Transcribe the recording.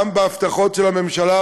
גם בהבטחות של הממשלה,